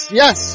yes